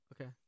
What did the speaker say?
Okay